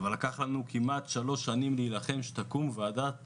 ולקח לנו שלוש שנים עד שהוקמה ועדת